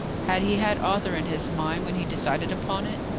had he had arthur in his mind when he decided upon it?